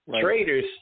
Traders